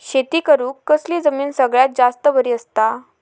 शेती करुक कसली जमीन सगळ्यात जास्त बरी असता?